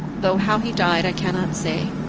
though how he died i cannot say.